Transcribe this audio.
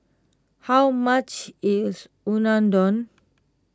how much is Unadon